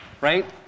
Right